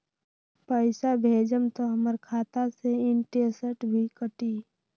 पैसा भेजम त हमर खाता से इनटेशट भी कटी?